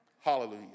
Hallelujah